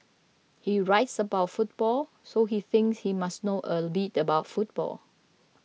he writes about football so he thinks he must know a bit about football